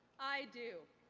i do.